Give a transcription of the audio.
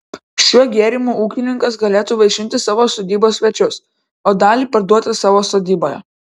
šiuo gėrimu ūkininkas galėtų vaišinti savo sodybos svečius o dalį parduoti savo sodyboje